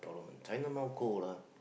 China now cold lah